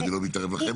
אני לא מתערב לכם,